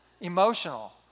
emotional